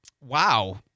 Wow